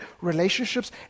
relationships